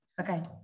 Okay